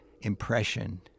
impression